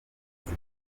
muri